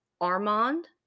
armand